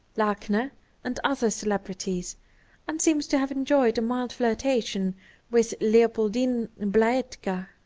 lachner and other celebrities and seems to have enjoyed a mild flirtation with leopoldine blahetka,